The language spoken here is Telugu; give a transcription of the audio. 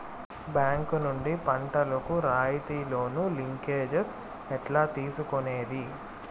బ్యాంకు నుండి పంటలు కు రాయితీ లోను, లింకేజస్ ఎట్లా తీసుకొనేది?